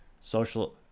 social